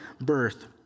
birth